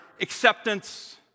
acceptance